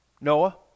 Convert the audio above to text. Noah